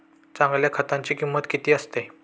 चांगल्या खताची किंमत किती असते?